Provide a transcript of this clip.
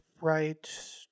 right